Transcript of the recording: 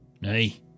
Hey